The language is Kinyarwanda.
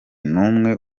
n’umwe